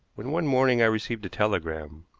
when one morning i received a telegram